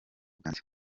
bwanje